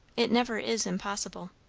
it never is impossible.